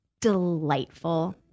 delightful